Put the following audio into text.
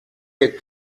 les